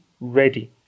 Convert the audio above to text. ready